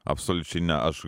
absoliučiai ne aš